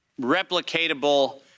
replicatable